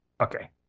okay